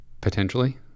potentially